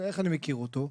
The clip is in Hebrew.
איך אני מכיר אותו?